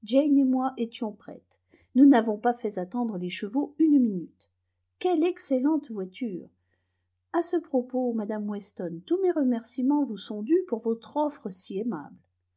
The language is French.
moi étions prêtes nous n'avons pas fait attendre les chevaux une minute quelle excellente voiture à ce propos madame weston tous mes remerciements vous sont dûs pour votre offre